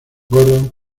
gordon